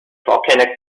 volcanic